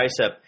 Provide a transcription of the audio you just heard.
tricep